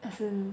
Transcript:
as in